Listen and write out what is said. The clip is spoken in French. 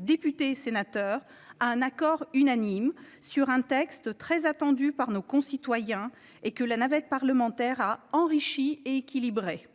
députés et sénateurs, à un accord unanime sur un texte très attendu par nos concitoyens et que la navette parlementaire a enrichi et équilibré.